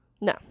no